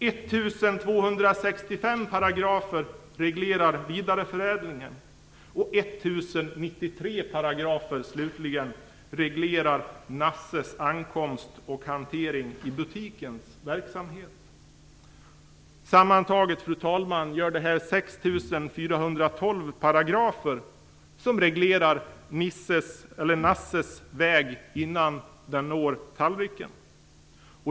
1 265 paragrafer reglerar vidareförädlingen, och 1 093 paragrafer, slutligen, reglerar Nasses ankomst till butiken och hanteringen i butiken. Sammantaget, fru talman, gör detta 6 412 paragrafer som reglerar Nasses väg till tallriken.